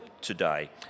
today